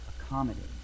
accommodate